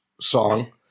song